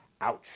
Ouch